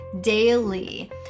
daily